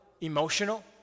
emotional